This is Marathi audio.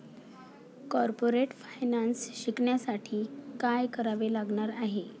कॉर्पोरेट फायनान्स शिकण्यासाठी काय करावे लागणार आहे?